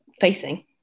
facing